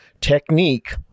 technique